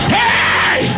Hey